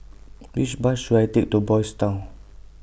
Which Bus should I Take to Boys Town